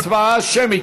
הצבעה שמית.